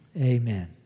Amen